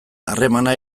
harremana